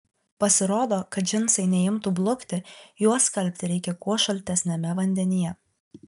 pasirodo kad džinsai neimtų blukti juos skalbti reikia kuo šaltesniame vandenyje